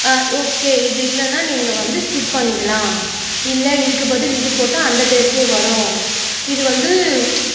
okay இது இல்லைன்னா நீங்கள் வந்து ஸ்கிப் பண்ணிக்கலாம் இல்லை இதுக்கு பதில் இது போட்டால் அந்த டேஸ்ட்டே வரும் இது வந்து